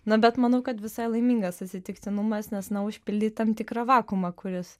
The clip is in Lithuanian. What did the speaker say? na bet manau kad visai laimingas atsitiktinumas nes užpildei tam tikrą vakuumą kuris